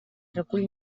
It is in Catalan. recull